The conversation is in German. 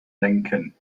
lenken